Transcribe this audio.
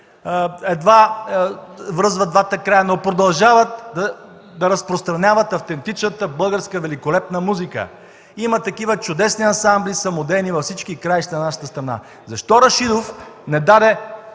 едва връзват двата края, но продължават да разпространяват автентичната българска великолепна музика?! Има такива чудесни ансамбли, самодейни, във всички краища на нашата страна. Защо Рашидов не даде